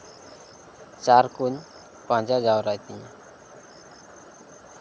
ᱪᱟᱨ ᱠᱚᱧ ᱯᱟᱸᱡᱟ ᱡᱟᱣᱨᱟᱭ ᱛᱤᱧᱟ